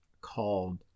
called